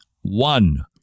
One